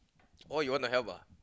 oh you want to help ah